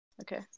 Okay